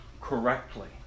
correctly